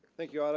thank you anna.